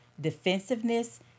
defensiveness